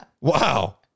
Wow